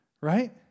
Right